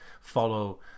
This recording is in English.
follow